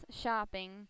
shopping